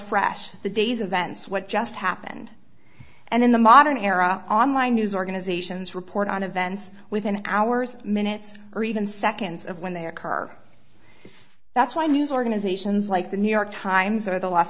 fresh the day's events what just happened and in the modern era online news organizations report on events within hours minutes or even seconds of when they occur that's why news organizations like the new york times or the los